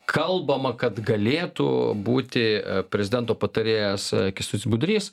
kalbama kad galėtų būti prezidento patarėjas kęstus budrys